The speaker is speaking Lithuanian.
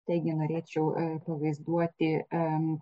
taigi norėčiau e pavaizduoti am